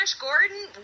Gordon